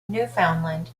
newfoundland